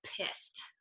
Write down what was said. pissed